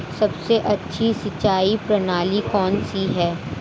सबसे अच्छी सिंचाई प्रणाली कौन सी है?